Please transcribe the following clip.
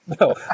no